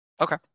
Okay